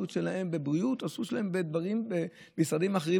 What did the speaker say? עשו את שלהם בבריאות ועשו את שלהם במשרדים אחרים,